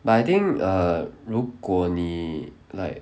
but I think err 如果你 like